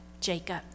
Jacob